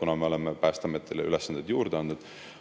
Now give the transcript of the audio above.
kuna me oleme Päästeametile ülesandeid juurde andnud.